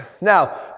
Now